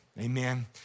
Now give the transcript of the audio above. amen